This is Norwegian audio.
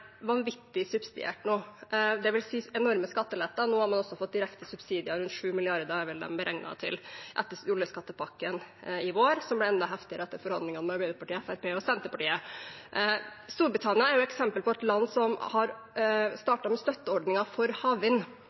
vanvittig subsidiert, det vil si at den får enorme skatteletter, og nå har den også fått direkte subsidier – de er vel beregnet til rundt 7 mrd. kr – etter oljeskattepakken i vår, som ble enda heftigere etter forhandlingene med Arbeiderpartiet, Fremskrittspartiet og Senterpartiet. Storbritannia er et eksempel på et land som har startet med støtteordninger for havvind,